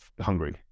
hungry